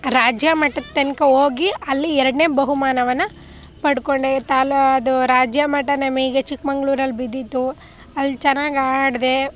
ರಾಜ್ಯ ಮಟ್ಟದ ತನಕ ಹೋಗಿ ಅಲ್ಲಿ ಎರಡನೇ ಬಹುಮಾನವನ್ನು ಪಡ್ಕೊಂಡೆ ತಾಲೂ ಅದು ರಾಜ್ಯ ಮಟ್ಟ ನಮಗೆ ಚಿಕ್ಮಗ್ಳೂರಲ್ಲಿ ಬಿದ್ದಿತ್ತು ಅಲ್ಲಿ ಚೆನ್ನಾಗಿ ಆಡಿದೆ